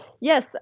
yes